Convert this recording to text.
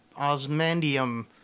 osmandium